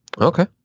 Okay